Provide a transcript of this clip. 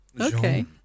Okay